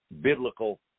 Biblical